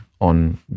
on